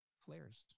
flares